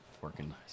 working